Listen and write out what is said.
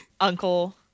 Uncle